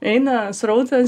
eina srautas